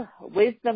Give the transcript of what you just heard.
Wisdom